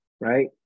right